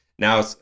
Now